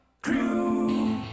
Crew